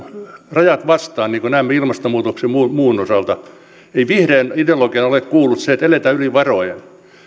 rajat tulevat vastaan niin kuin näemme ilmastonmuutoksen ja muun osalta ei vihreiden ideologiaan ole kuulunut se että eletään yli varojen